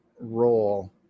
role